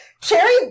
Cherry